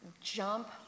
jump